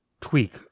tweak